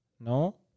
No